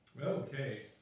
Okay